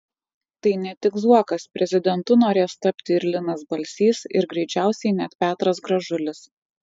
tai ne tik zuokas prezidentu norės tapti ir linas balsys ir greičiausiai net petras gražulis